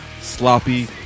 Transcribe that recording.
Sloppy